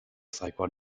saigon